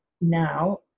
now